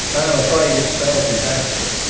i'm afraid it spells disaster.